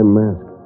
mask